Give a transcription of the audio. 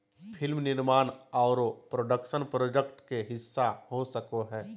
film निर्माण आरो production project के हिस्सा हो सको हय